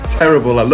terrible